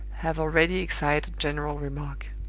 have already excited general remark.